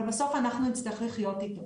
אבל בסוף אנחנו נצטרך לחיות איתו.